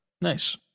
Nice